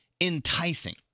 enticing